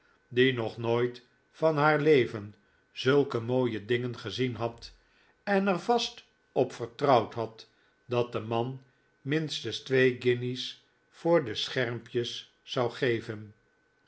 die nog nooit van haar leven zulke mooie dingen gezien had en er vast op vertrouwd had dat de man minstens twee guinjes voor de schermpjes zou geven